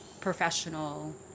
professional